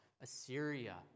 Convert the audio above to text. Assyria